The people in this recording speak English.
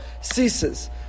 ceases